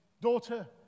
daughter